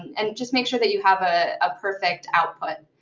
and just make sure that you have a ah perfect output.